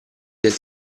del